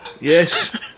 Yes